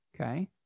Okay